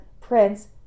Prince